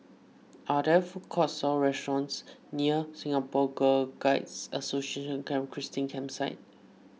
are there food courts or restaurants near Singapore Girl Guides Association Camp Christine Campsite